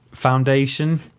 foundation